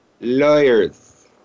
lawyers